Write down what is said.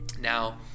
Now